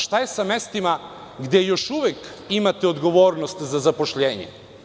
Šta je sa mestima gde još uvek imate odgovornost za zapošljavanje?